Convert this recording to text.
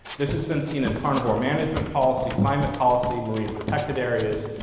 this has been seen in carnivore management policy, climate policy, marine protected areas,